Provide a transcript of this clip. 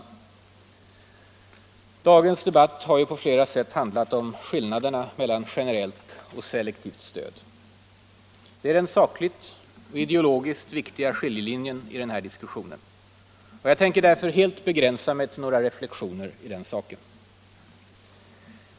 Dagens debatt har på flera sätt handlat om skillnaderna mellan generellt och selektivt stöd. Det är den sakligt och ideologiskt viktigaste skiljelinjen i den här diskussionen. Jag tänker därför helt begränsa mig till några reflexioner i den saken.